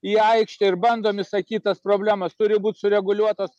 į aikštę ir bandom išsakyt tas problemas turi būt sureguliuotos